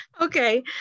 Okay